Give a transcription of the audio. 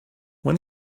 when